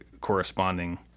corresponding